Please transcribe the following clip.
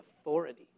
authority